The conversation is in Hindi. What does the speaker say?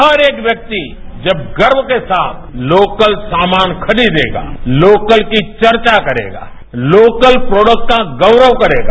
हर एक व्यक्ति जब गर्व के साथ लोकल सामान खरीदेगा लोकल की चर्चा करेगा लोकल प्रोडक्ट को गौरव करेगा